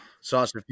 Sauce